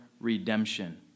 redemption